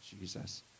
Jesus